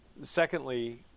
Secondly